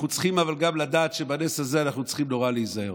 אבל אנחנו גם צריכים לדעת שבנס הזה צריכים נורא להיזהר.